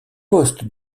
poste